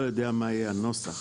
אני לא יודע מה יהיה הנוסח,